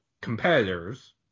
competitors